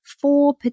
four